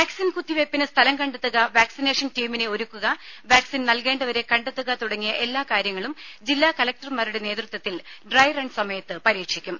vaccine കുത്തിവയ്പിന് സ്ഥലം കണ്ടെത്തുക വാക്സിനേഷൻ ടീമിനെ ഒരുക്കുക വാക്സിൻ നൽകേണ്ടവരെ കണ്ടെത്തുക തുടങ്ങിയ എല്ലാ കാര്യങ്ങളും ജില്ലാ കലക്ടർമാരുടെ നേതൃത്വത്തിൽ ഡ്രൈ റൺ സമയത്ത് പരീക്ഷിക്കും